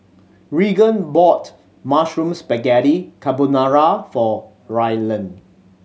Reagan bought Mushroom Spaghetti Carbonara for Rylan